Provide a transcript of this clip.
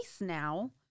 now